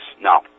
no